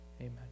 Amen